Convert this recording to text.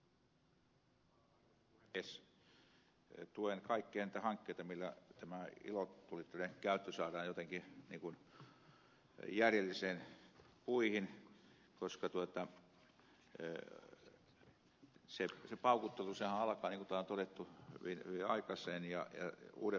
tuen kaikkia niitä hankkeita millä tämä ilotulitteiden käyttö saadaan jotenkin järjellisiin puihin koska se paukutteluhan alkaa niin kuin täällä on todettu hyvin aikaisin yleensä uudenvuodenaattona